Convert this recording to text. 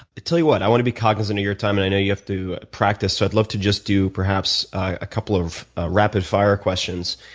tell you what, i want to be cognizant of your time and i know you have to practice, so i'd love to just do perhaps a couple of rapid fire questions,